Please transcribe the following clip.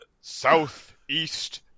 Southeast